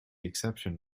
exception